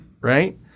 right